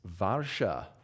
Varsha